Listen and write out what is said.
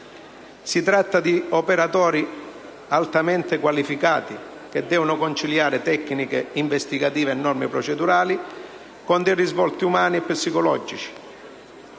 Si tratta di operatori altamente qualificati che devono conciliare tecniche investigative e norme procedurali con dei risvolti umani psicologici.